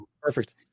Perfect